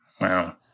Wow